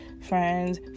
friends